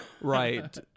right